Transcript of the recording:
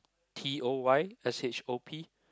T_O_Y_S_H_O_P